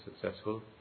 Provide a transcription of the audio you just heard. successful